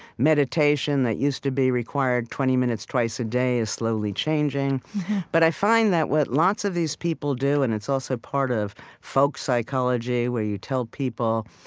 meditation that used to be required twenty minutes twice a day is slowly changing but i find that what lots of these people do and it's also part of folk psychology, where you tell people,